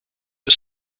for